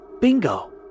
Bingo